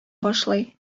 башлый